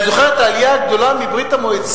אני זוכר את העלייה הגדולה מברית-המועצות